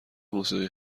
موسیقی